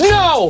no